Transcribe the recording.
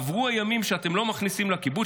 עברו הימים שאתם לא מכניסים לקיבוץ